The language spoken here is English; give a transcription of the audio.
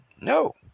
No